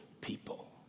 people